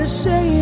say